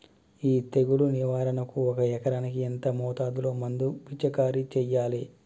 ఈ తెగులు నివారణకు ఒక ఎకరానికి ఎంత మోతాదులో మందు పిచికారీ చెయ్యాలే?